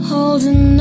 Holding